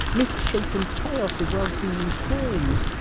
mis-shapen chaos of well-seeming forms!